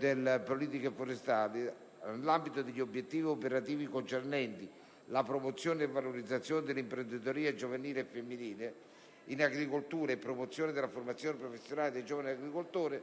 alimentari e forestali, nell'ambito degli obiettivi operativi concernenti la promozione e valorizzazione dell'imprenditoria giovanile e femminile in agricoltura e promozione della formazione professionale dei giovani agricoltori, ha